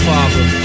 Father